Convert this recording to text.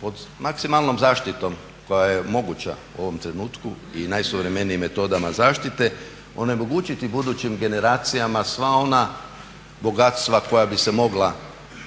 pod maksimalnom zaštitom koja je moguća u ovom trenutku i najsuvremenijim metodama zaštite onemogućiti budućim generacijama sva ona bogatstva koja bi se mogla crpiti